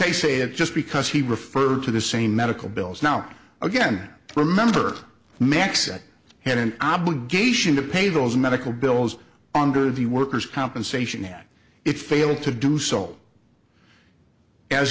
they say that just because he referred to the same medical bills now again remember mexico had an obligation to pay those medical bills under the worker's compensation and it failed to do so as